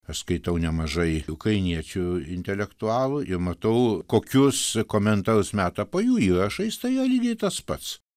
aš skaitau nemažai ukrainiečių intelektualų ir matau kokius komentarus meta po jų įrašais tai lygiai tas pats